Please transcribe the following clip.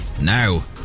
now